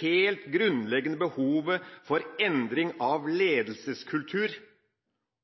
helt grunnleggende behovet for endring av ledelseskultur